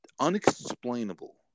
unexplainable